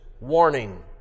warning